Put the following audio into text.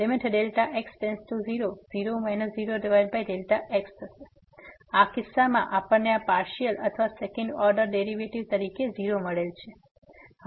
0 0x તેથી આ કિસ્સામાં આપણને આ પાર્સીઅલ અથવા સેકન્ડ ઓર્ડર ડેરીવેટીવ તરીકે 0 મળેલ છે